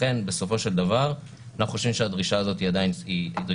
לכן בסופו של דבר אנחנו חושבים שהדרישה הזאת היא דרישה